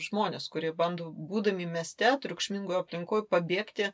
žmones kurie bando būdami mieste triukšmingoj aplinkoj pabėgti